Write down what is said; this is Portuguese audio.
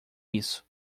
isso